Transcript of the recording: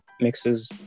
mixes